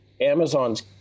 amazon's